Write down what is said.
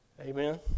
Amen